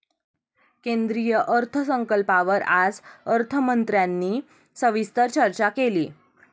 केंद्रीय अर्थसंकल्पावर आज अर्थमंत्र्यांनी सविस्तर चर्चा केली